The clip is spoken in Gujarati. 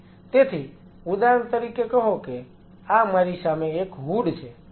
તેથી ઉદાહરણ તરીકે કહો કે આ મારી સામે એક હૂડ છે